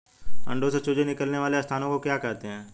अंडों से चूजे निकलने वाले स्थान को क्या कहते हैं?